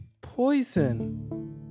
poison